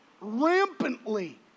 rampantly